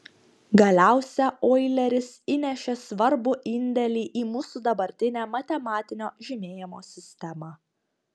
galiausia oileris įnešė svarbų indėlį į mūsų dabartinę matematinio žymėjimo sistemą